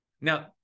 Now